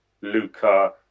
Luca